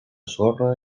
sorra